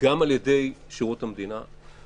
גם על-ידי שירות המדינה.